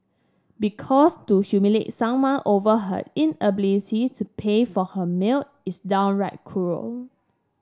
because to humiliate someone over her inability to pay for her meal is downright cruel